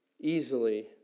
easily